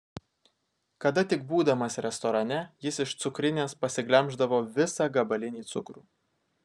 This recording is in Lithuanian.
kada tik būdamas restorane jis iš cukrinės pasiglemždavo visą gabalinį cukrų